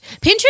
Pinterest